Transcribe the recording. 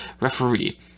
referee